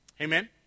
Amen